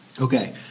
Okay